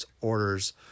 orders